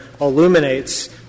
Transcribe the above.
illuminates